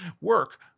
work